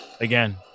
Again